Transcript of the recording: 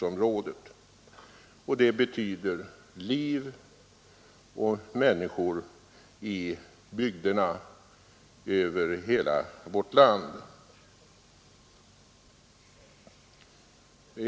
Detta betyder liv och människor i bygderna över hela vårt land.